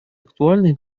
актуальной